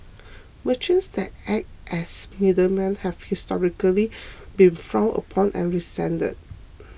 merchants that act as middlemen have historically been frowned upon and resented